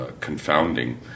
confounding